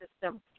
system